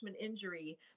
injury